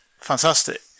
Fantastic